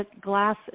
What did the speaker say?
glass